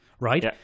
right